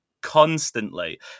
constantly